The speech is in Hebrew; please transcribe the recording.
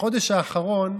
בחודש האחרון,